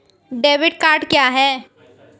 Debit card क्या है?